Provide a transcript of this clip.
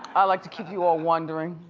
i like to keep you all wondering.